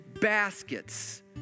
baskets